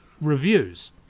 reviews